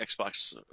Xbox